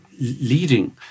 leading